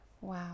Wow